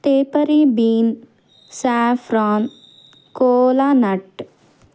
tepary bean saffron kola nut